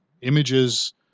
images